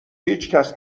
هیچکس